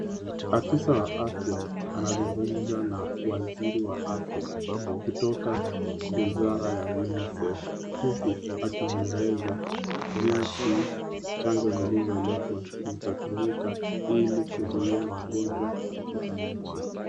Afisa wa afya anazungumza na waziri wa afya kutoka wizara ya unicef, huku akimueleza jinsi chanjo zilizoletwa zitatumika ili kuzuia magonjwa katika nchi.